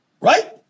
Right